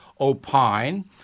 opine